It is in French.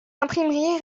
imprimerie